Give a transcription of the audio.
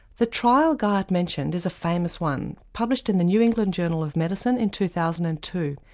the trial guyatt mentioned is a famous one, published in the new england journal of medicine in two thousand and two.